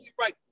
right